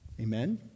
Amen